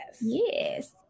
yes